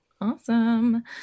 awesome